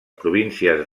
províncies